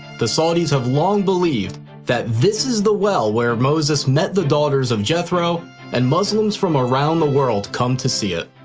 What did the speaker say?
the saudis have long believed that this is the well where moses met the daughters of jethro and muslims from around the world come to see it.